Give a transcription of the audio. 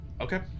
okay